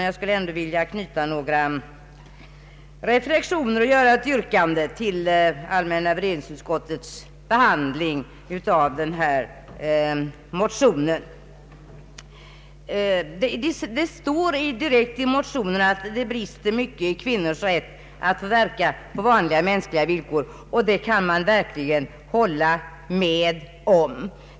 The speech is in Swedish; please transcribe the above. Jag vill ändå knyta några reflexioner till och göra ett yrkande med anledning av allmänna beredningsutskottets behandling av föreliggande motioner. I vår motion står att det brister mycket i kvinnors rätt att verka på vanliga mänskliga villkor, och det kan man verkligen hålla med om.